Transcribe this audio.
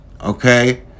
okay